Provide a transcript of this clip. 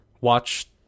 watch